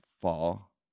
fall